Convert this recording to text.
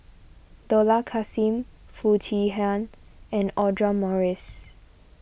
Dollah Kassim Foo Chee Han and Audra Morrice